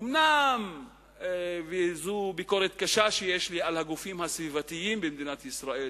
אומנם זו ביקורת קשה שיש לי על הגופים הסביבתיים במדינת ישראל,